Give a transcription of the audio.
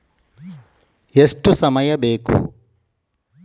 ಎಷ್ಟು ಸಮಯ ಬೇಕು?